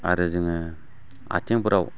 आरो जोङो आथिंफोराव